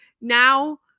now